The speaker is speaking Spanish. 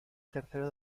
tercero